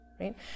right